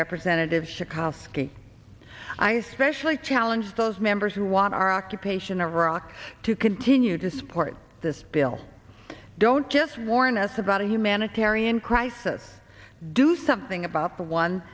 representatives to kosky i especially challenge those members who want our occupation of iraq to continue to support this bill don't just warn us about a humanitarian crisis do something about the one